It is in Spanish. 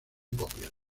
copias